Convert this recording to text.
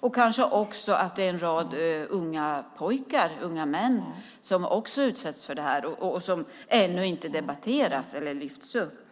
Det är kanske också en rad pojkar och unga män som utsätts för det här, som ännu inte debatteras eller lyfts upp.